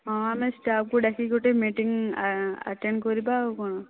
ହଁ ଆମେ ଷ୍ଟାଫକୁ ଡାକିକି ଗୋଟିଏ ମିଟିଂ ଆଟେଣ୍ଡ କରିବା ଆଉ କ'ଣ